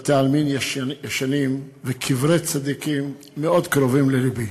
בתי-עלמין ישנים וקברי צדיקים מאוד קרוב ללבי,